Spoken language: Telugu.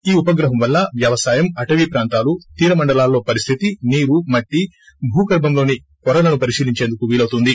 ఈ ఉపగ్రహం వల్ల వ్యవసాయం అటవీ ప్రాంతాలు తీర మండలాల్లో పరిస్టితి నీరు మట్టి భూగర్బంలోని పొరలను పరిశీలించేందుకు వీలవుతుంది